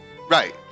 Right